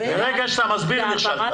ברגע שאתה מסביר נכשלת.